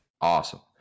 awesome